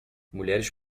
mulheres